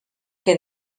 què